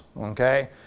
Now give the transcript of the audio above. okay